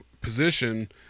position –